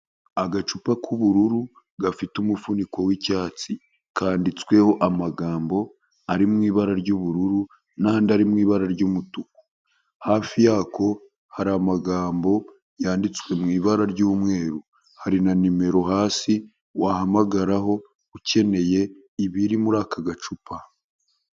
Agacupa k'ubururu gafite umufuniko w'icyatsi, kanditsweho amagambo ari mu ibara ry'ubururu n'andi ari mu ibara ry'umutuku, hafi yako hari amagambo yanditswe mu ibara ry'umweru, hari na nimero hasi wahamagaraho, ukeneye ibiri muri aka gacupa.